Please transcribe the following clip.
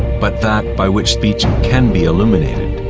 but that by which speech can be illuminated.